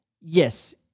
Yes